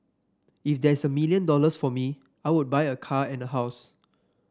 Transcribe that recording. if there's a million dollars for me I would buy a car and a house